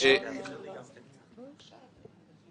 שלא שינינו את רף המעבר,